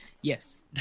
Yes